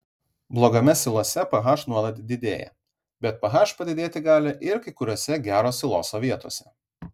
blogame silose ph nuolat didėja bet ph padidėti gali ir kai kuriose gero siloso vietose